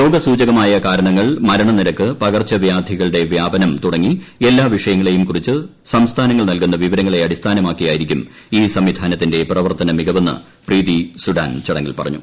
രോഗ സൂചകമായ കാരണങ്ങൾ മരണനിരക്ക് പകർച്ചവ്യാധികളുടെ വ്യാപനം തുടങ്ങി എല്ലാ വിഷയങ്ങളെയും കുറിച്ച് സംസ്ഥാനങ്ങൾ നൽകുന്ന വിവരങ്ങളെ അടിസ്ഥാനമാക്കിയായിരിക്കും ഈ സംവിധാനത്തിന്റെ പ്രവർത്തന മികവെന്ന് പ്രീതി സുഡാൻ ചടങ്ങിൽ പറഞ്ഞു